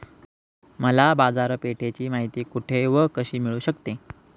मला बाजारपेठेची माहिती कुठे व कशी मिळू शकते?